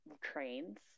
trains